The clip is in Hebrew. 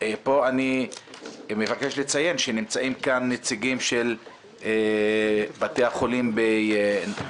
פה אני מבקש לציין שנמצאים כאן נציגים של בתי החולים בנצרת.